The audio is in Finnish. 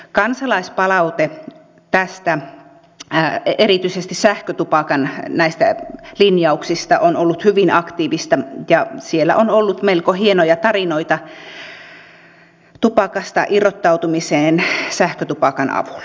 kansalaispalaute tästä erityisesti sähkötupakan linjauksista on ollut hyvin aktiivista ja siellä on ollut melko hienoja tarinoita tupakasta irrottautumisesta sähkötupakan avulla